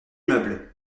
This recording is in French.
meubles